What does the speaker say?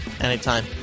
anytime